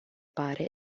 pare